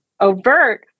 overt